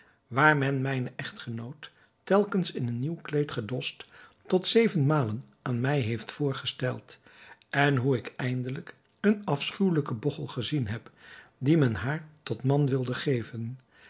waar men mijne echtgenoot telkens in een nieuw kleed gedost tot zevenmalen aan mij heeft voorgesteld en hoe ik eindelijk een afschuwelijken bogchel gezien heb dien men haar tot man wilde geven